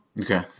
Okay